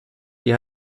die